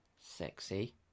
Sexy